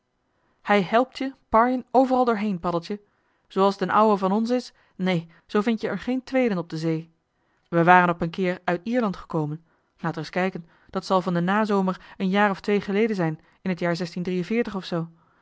hij helpt je parjen overal doorheen paddeltje zooals d'n ouwe van ons is neen zoo vind-je er geen tweeden op de zee we waren op een keer uit ierland gekomen laat ereis kijken dat zal van den nazomer een jaar of twee geleden zijn in t jaar of zoo